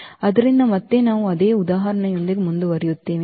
ಆದ್ದರಿಂದ ಮತ್ತೆ ನಾವು ಅದೇ ಉದಾಹರಣೆಯೊಂದಿಗೆ ಮುಂದುವರಿಯುತ್ತೇವೆ